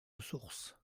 ressource